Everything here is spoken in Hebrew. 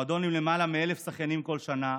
מועדון עם למעלה מ-1,000 שחיינים כל שנה,